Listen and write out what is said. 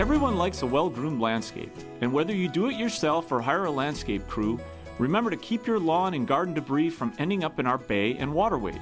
everyone likes a well groomed landscape and whether you do it yourself or hire a landscape crew remember to keep your lawn and garden debris from ending up in our bay and water